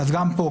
גם פה,